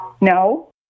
no